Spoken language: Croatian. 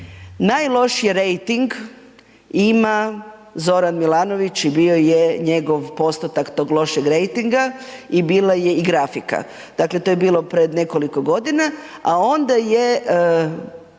najlošiji rejting ima Zoran Milanović i bio je njegov postotak tog lošeg rejtinga i bila je i grafika. Dakle, to je bilo prije nekoliko godina, a onda je